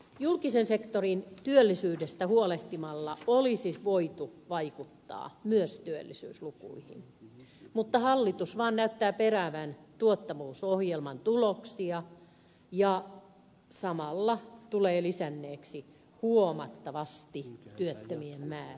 julkisen sektorin työllisyydestä huolehtimalla olisi voitu vaikuttaa myös työllisyyslukuihin mutta hallitus vaan näyttää peräävän tuottavuusohjelman tuloksia ja samalla tulee lisänneeksi huomattavasti työttömien määrää